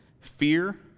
fear